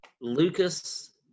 lucas